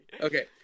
Okay